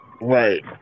Right